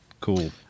Cool